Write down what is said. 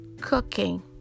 Cooking